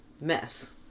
mess